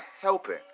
helping